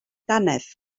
dannedd